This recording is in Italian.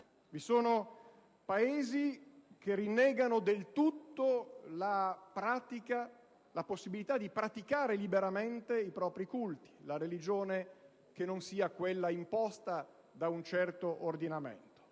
Vi sono Paesi che rinnegano del tutto la possibilità di praticare liberamente i culti, la religione che non siano quelli imposti da un certo ordinamento.